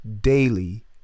daily